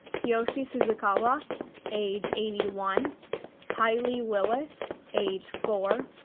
kiyoshi suzukawa age eighty one kylee willis age four,